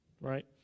right